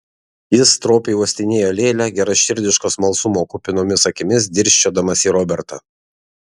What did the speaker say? jis stropiai uostinėjo lėlę geraširdiško smalsumo kupinomis akimis dirsčiodamas į robertą